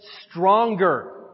stronger